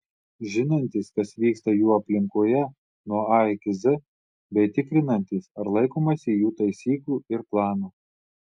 žinantys kas vyksta jų aplinkoje nuo a iki z bei tikrinantys ar laikomasi jų taisyklų ir plano